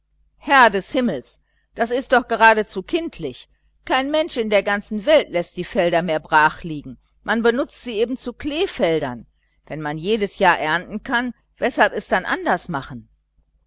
herr des himmels das ist doch geradezu kindlich kein mensch in der ganzen welt läßt die felder mehr brachliegen man benutzt sie eben zu kleefeldern wenn man jedes jahr ernten kann weshalb es dann anders machen